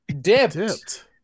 dipped